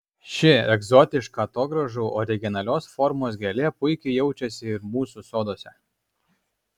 ši egzotiška atogrąžų originalios formos gėlė puikiai jaučiasi ir mūsų soduose